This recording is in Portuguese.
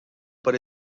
para